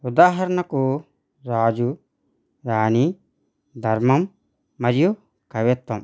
ఉదాహరణకు రాజు రాణి ధర్మం మరియు కవిత్వం